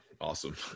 awesome